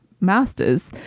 master's